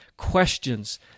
questions